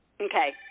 Okay